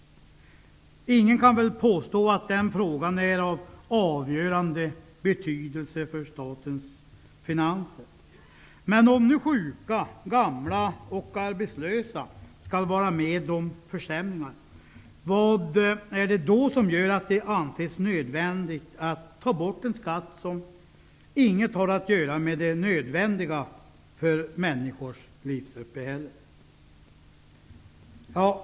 Ingen kan väl påstå att den frågan är av avgörande betydelse för statens finanser, men om nu sjuka, gamla och arbetslösa skall vara med om försämringar, undrar jag vad som gör att det anses nödvändigt att en skatt tas bort som inget har att göra med det nödvändiga för människors livsuppehälle.